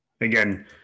again